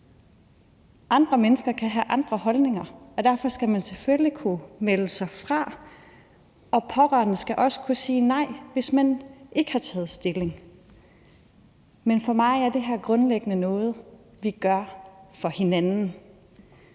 Andre mennesker kan have andre holdninger, og derfor skal man selvfølgelig kunne melde sig fra, og pårørende skal også kunne sige nej, hvis man ikke har taget stilling. Men for mig er det her grundlæggende noget, vi gør for hinanden,